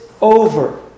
over